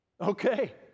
okay